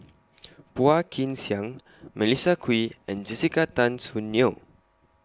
Phua Kin Siang Melissa Kwee and Jessica Tan Soon Neo